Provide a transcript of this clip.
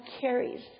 carries